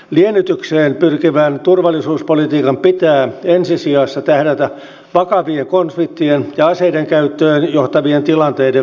liennytykseen pyrkivän turvallisuuspolitiikan pitää ensi sijassa tähdätä vakavien konfliktien ja aseiden käyttöön johtavien tilanteiden välttämiseen